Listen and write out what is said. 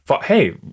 Hey